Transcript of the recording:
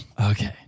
okay